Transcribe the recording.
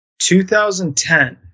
2010